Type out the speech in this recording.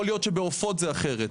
יכול להיות שבעופות זה אחרת.